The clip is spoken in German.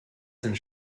sind